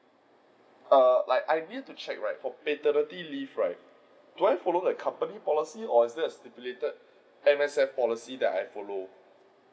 err I need to check right for paternity leave right do I follow the company policy or is there a stipulated M_S_F policy that I follow